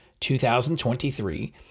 2023